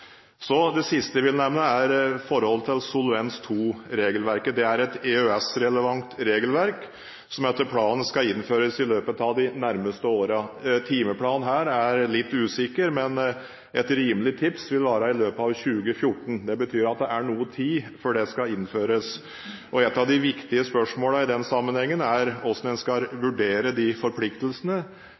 Det siste jeg vil nevne, er forholdet til Solvens II-regelverket. Det er et EØS-relevant regelverk som etter planen skal innføres i løpet av de nærmeste årene. Timeplanen her er litt usikker, men et rimelig tips vil være i løpet av 2014. Det betyr at det er noe tid før det skal innføres. Et av de viktige spørsmålene i den sammenhengen er hvordan en skal vurdere de forpliktelsene.